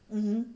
mmhmm